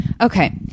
Okay